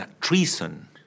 treason